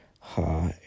ha